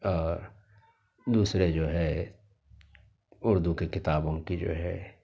اور دوسرے جو ہے اردو کی کتابوں کی جو ہے